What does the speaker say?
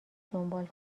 دنبال